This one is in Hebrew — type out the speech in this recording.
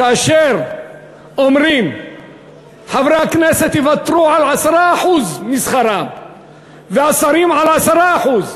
כאשר אומרים שחברי הכנסת יוותרו על 10% משכרם והשרים על 10%,